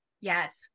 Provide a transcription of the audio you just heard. Yes